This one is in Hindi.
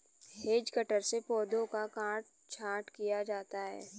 हेज कटर से पौधों का काट छांट किया जाता है